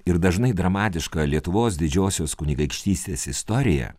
ir dažnai dramatiška lietuvos didžiosios kunigaikštystės istorija